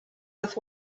with